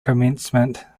commencement